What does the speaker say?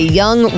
young